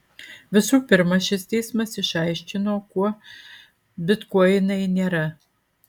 visų pirma šis teismas išaiškino kuo bitkoinai nėra